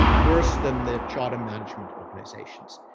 worse than the charter management organizations.